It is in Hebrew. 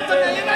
מה אתה רוצה?